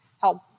help